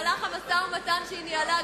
במשא-ומתן שהיא ניהלה,